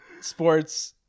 Sports